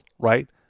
right